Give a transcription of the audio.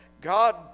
God